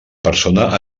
persona